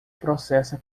processa